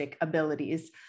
abilities